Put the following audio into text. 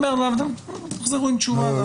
תחזרו עם תשובה.